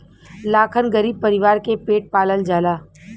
लाखन गरीब परीवार के पेट पालल जाला